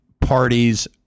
parties